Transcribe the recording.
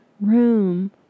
room